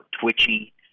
twitchy